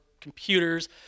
computers